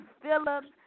Phillips